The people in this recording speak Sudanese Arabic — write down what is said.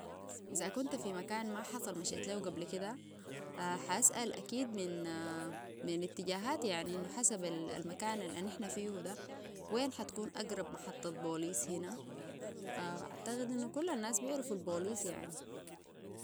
إذا كنت في مكان ما حصل مشيت ليو قبل كده حاسأل أكيد من الاتجاهات يعني إنه حسب المكان اللي إحنا فيه ده وين حتكون أقرب محطة بوليس هنا أعتقد إنه كل الناس بيعرفوا البوليس يعني